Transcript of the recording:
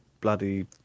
bloody